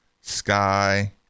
Sky